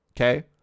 Okay